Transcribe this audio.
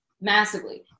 massively